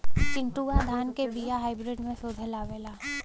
चिन्टूवा धान क बिया हाइब्रिड में शोधल आवेला?